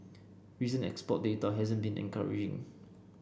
recent export data hasn't been encouraging